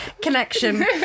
connection